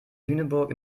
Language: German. lüneburg